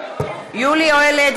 כן.